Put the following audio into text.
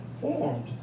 formed